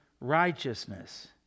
righteousness